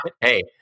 Hey